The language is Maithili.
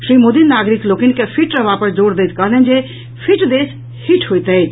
श्री मोदी नागरिक लोकनि के फिट रहबा पर जोर दैत कहलनि जे फिट देश हिट होयत अछि